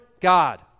God